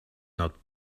not